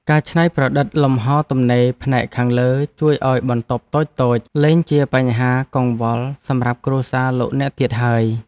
ការច្នៃប្រឌិតលំហរទំនេរផ្នែកខាងលើជួយឱ្យបន្ទប់តូចៗលែងជាបញ្ហាកង្វល់សម្រាប់គ្រួសារលោកអ្នកទៀតហើយ។